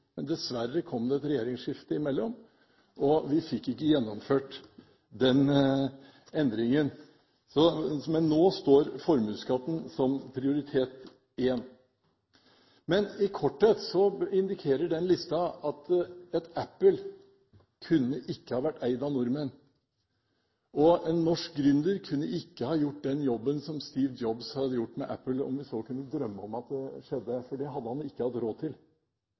Men nå står formuesskatten som prioritet nr. 1. I korthet indikerer den listen at Apple ikke kunne vært eid av nordmenn. En norsk gründer kunne ikke ha gjort den jobben Steve Jobs gjorde med Apple, om vi så kunne drømme om det. Det hadde han ikke hatt råd til.